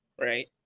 right